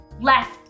left